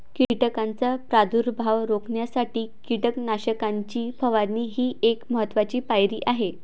कीटकांचा प्रादुर्भाव रोखण्यासाठी कीटकनाशकांची फवारणी ही एक महत्त्वाची पायरी आहे